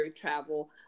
travel